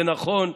זה נכון.